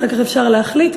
ואחר כך אפשר להחליט,